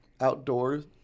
outdoors